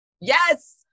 Yes